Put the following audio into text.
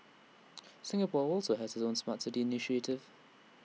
Singapore also has its own Smart City initiative